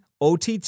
OTT